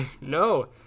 no